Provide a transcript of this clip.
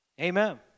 Amen